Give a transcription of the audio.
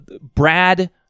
Brad